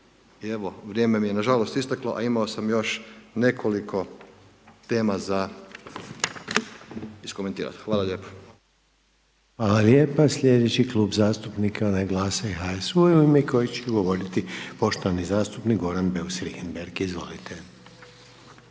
I evo vrijeme mi je nažalost isteklo, a imao sam još nekoliko tema za iskomentirat. Hvala lijepo. **Reiner, Željko (HDZ)** Hvala lijepa. Sljedeći Klub zastupnika je onaj GLAS-a i HSU-a, u ime kojeg će govoriti poštovani zastupnik Goran Beus Richembergh. Izvolite. **Beus